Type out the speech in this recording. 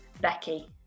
Becky